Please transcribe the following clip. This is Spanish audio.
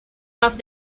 off